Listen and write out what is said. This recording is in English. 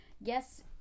Yes